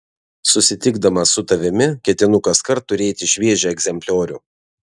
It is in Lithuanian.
susitikdamas su tavimi ketinu kaskart turėti šviežią egzempliorių